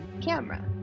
camera